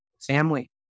family